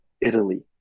Italy